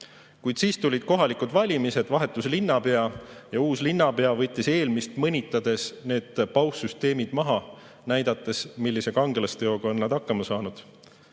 Kuid siis tulid kohalikud valimised, vahetus linnapea, ja uus linnapea võttis eelmist mõnitades need PAUH-süsteemid maha, näidates, millise kangelasteoga on nad hakkama saanud.